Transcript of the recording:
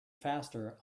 faster